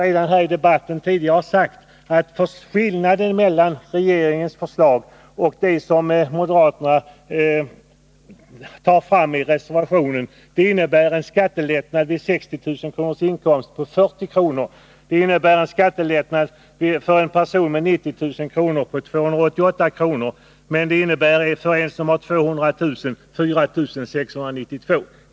Jag har redan tidigare i debatten sagt att skillnaden mellan regeringens förslag och det förslag som moderaterna lägger fram i reservationen är en skattelättnad på 40 kr. vid en inkomst på 60 000 kr. och en skattelättnad på 288 kr. för en person med en inkomst på 90 000 kr. Men för en person som har en inkomst på 200 000 kr. innebär skillnaden en skattelättnad på 4 692 kr.